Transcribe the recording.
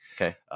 Okay